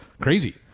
Crazy